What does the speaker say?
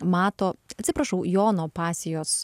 mato atsiprašau jono pasijos